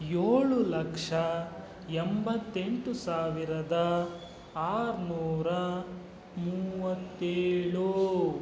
ಏಳು ಲಕ್ಷ ಎಂಬತ್ತೆಂಟು ಸಾವಿರದ ಆರುನೂರ ಮೂವತ್ತೇಳು